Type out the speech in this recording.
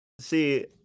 see